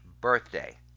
birthday